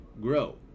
grow